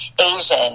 asian